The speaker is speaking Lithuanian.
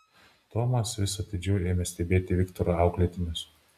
tomas vis atidžiau ėmė stebėti viktoro auklėtinius